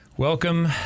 Welcome